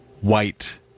white